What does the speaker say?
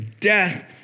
death